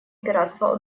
пиратства